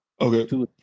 Okay